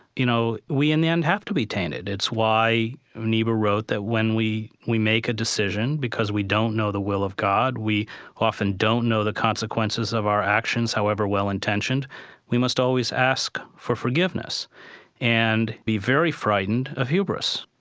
you know, we in the end have to be tainted. it's why niebuhr wrote that when we we make a decision because we don't know the will of god, we often don't know the consequences of our actions however well-intentioned we must always ask for forgiveness and be very frightened of hubris.